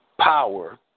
power